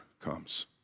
comes